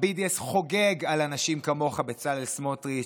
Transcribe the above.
ה-BDS חוגג על אנשים כמוך, בצלאל סמוטריץ'.